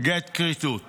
"גט כריתות